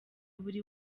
buri